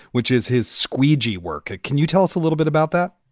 which is his squeegee work. can you tell us a little bit about that?